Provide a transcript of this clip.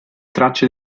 tracce